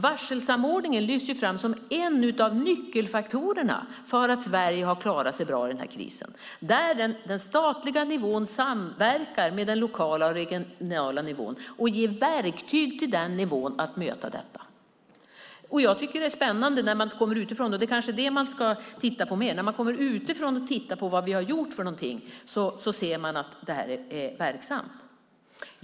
Varselsamordningen lyfts fram som en av nyckelfaktorerna för att Sverige klarat sig bra i krisen. Den statliga nivån samverkar med den lokala och regionala nivån och ger verktyg till dem för att de ska kunna möta varslen. När man kommer utifrån och tittar på vad vi har gjort - det kanske man borde göra mer - ser man att det är ett verksamt sätt.